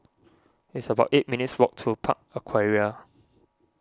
it's about eight minutes' walk to Park Aquaria